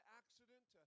accident